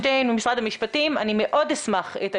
זה נחשב כהפרה של תנאי